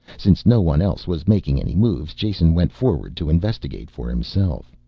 since no one else was making any moves, jason went forward to investigate for himself.